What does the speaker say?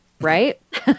right